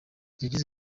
yagize